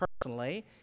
personally